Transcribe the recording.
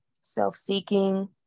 self-seeking